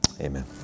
Amen